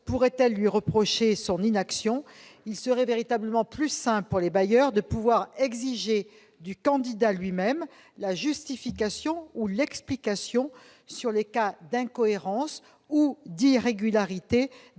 pourrait-elle lui reprocher son inaction ? Il serait véritablement plus simple pour les bailleurs de pouvoir exiger du candidat lui-même la justification ou l'explication des cas d'incohérence ou d'irrégularité